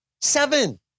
Seven